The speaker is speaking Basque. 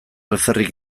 alferrik